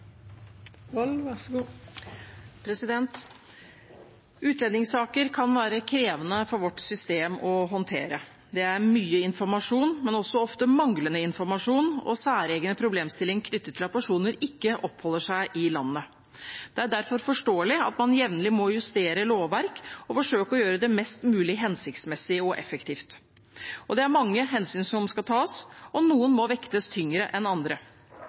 mye informasjon, men også ofte manglende informasjon og særegne problemstillinger knyttet til at personer ikke oppholder seg i landet. Det er derfor forståelig at man jevnlig må justere lovverk og forsøke å gjøre det mest mulig hensiktsmessig og effektivt. Det er mange hensyn som skal tas, og noen må vektes tyngre enn andre.